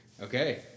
okay